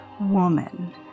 woman